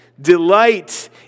delight